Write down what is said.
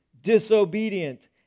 disobedient